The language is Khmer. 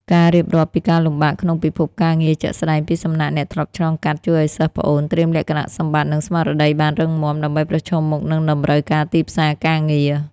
ការរៀបរាប់ពីការលំបាកក្នុងពិភពការងារជាក់ស្ដែងពីសំណាក់អ្នកធ្លាប់ឆ្លងកាត់ ជួយឱ្យសិស្សប្អូនត្រៀមលក្ខណៈសម្បត្តិ និងស្មារតីបានរឹងមាំ ដើម្បីប្រឈមមុខនឹងតម្រូវការទីផ្សារការងារ។